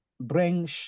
bring